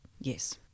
Yes